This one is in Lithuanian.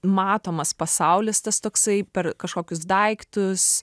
matomas pasaulis tas toksai per kažkokius daiktus